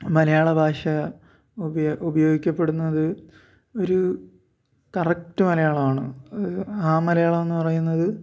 മലയാളഭാഷ ഉപയോഗിക്കപ്പെടുന്നത് ഒരു കറക്റ്റ് മലയാളം ആണ് അത് ആ മലയാളമെന്ന് പറയുന്നത്